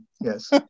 Yes